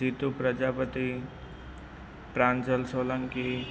Jitu Prajapati Pranjal Solanki